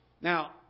Now